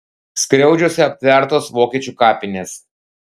skriaudžiuose aptvertos vokiečių kapinės